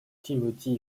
timothy